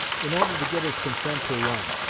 in order to get his consent to run.